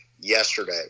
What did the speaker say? yesterday